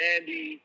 Andy